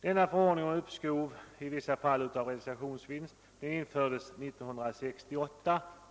Denna förordning om uppskov i vissa fall av realisationsvinstbeskattning infördes 1968.